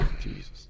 Jesus